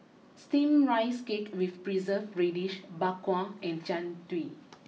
Steamed Rice Cake with Preserved Radish Bak Kwa and Jian Dui